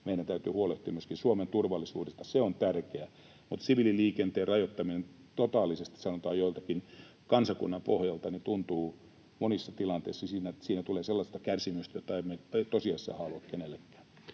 meidän täytyy huolehtia myöskin Suomen turvallisuudesta, se on tärkeää, mutta siviililiikenteen rajoittaminen totaalisesti, sanotaan, joltakin kansakunnan pohjalta, tuntuu siltä, että siinä monissa tilanteissa tulee sellaista kärsimystä, jota emme tosiasiassa halua kenellekään.